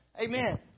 Amen